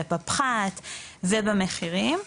ובפחת ובמחירים.